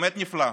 באמת נפלא.